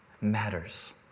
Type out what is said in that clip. matters